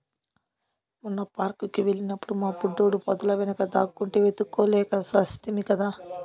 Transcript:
మొన్న పార్క్ కి వెళ్ళినప్పుడు మా బుడ్డోడు పొదల వెనుక దాక్కుంటే వెతుక్కోలేక చస్తిమి కదా